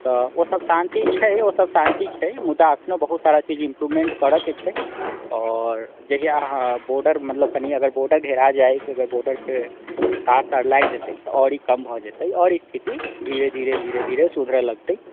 तऽ ओ सभ शान्ति छै ओ सभ शान्ति छै मुदा अखनो बहुत सारा चीज इम्प्रूवमेन्ट करऽके छै आओर जहिआ हँऽ बोर्डर मतलब कनि बोर्डर घेरा जाइक अगर बोर्डर पे तार तार लागि जेतै तऽ आओर ई कम भए जेतै आओर स्थिति धीरे धीरे धीरे धीरे सुधरऽ लगतै